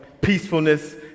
peacefulness